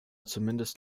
zumindest